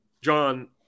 John